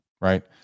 right